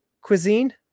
cuisine